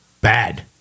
bad